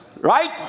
Right